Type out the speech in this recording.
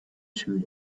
through